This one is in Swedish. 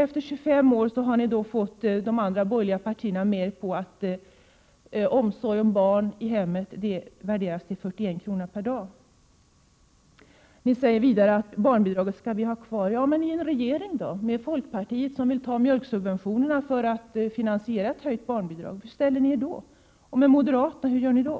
Efter 25 år har ni då fått de andra borgerliga partierna med på att omsorg om barn i hemmet värderas till 41 kr. per dag. Ni säger vidare att barnbidraget skall vara kvar. Ja, men hur kommer ni att förhålla er i en regering tillsammans med folkpartiet som vill ta bort mjölksubventionerna för att finansiera ett höjt barnbidrag? Hur ställer ni er då? Och hur gör ni med moderaterna?